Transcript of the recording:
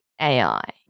AI